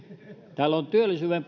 täällä on työllisyyden